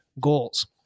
goals